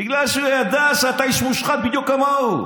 בגלל שהוא ידע שאתה איש מושחת בדיוק כמוהו.